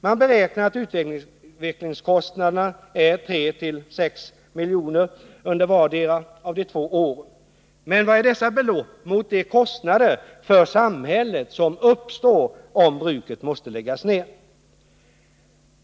Man beräknar att utvecklingskostnaderna är 3-6 milj.kr. under vartdera av de två åren. Men vad är dessa belopp mot de kostnader för samhället som skulle uppstå om bruket måste läggas ned?